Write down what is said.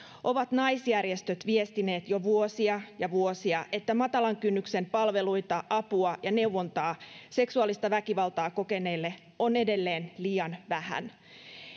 ovat naisjärjestöt viestineet jo vuosia ja vuosia että matalan kynnyksen palveluita apua ja neuvontaa seksuaalista väkivaltaa kokeneille on edelleen liian vähän